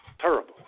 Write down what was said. terrible